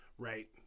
Right